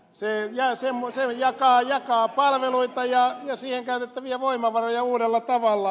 se jakaa palveluita ja siihen käytettäviä voimavaroja uudella tavalla